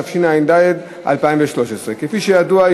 התשע"ד 2013. כפי שידוע,